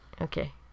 Okay